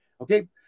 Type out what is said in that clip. Okay